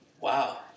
Wow